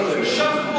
תתגבר.